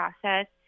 process